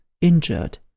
injured